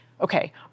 okay